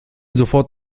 sofort